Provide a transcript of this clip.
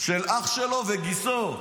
אח שלו וגיסו,